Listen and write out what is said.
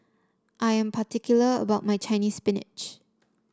I am particular about my Chinese Spinach